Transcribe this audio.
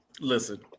Listen